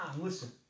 listen